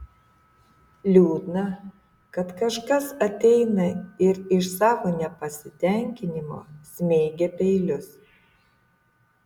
liūdna kad kažkas ateina ir iš savo nepasitenkinimo smeigia peilius